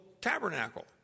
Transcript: tabernacle